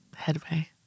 headway